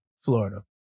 Florida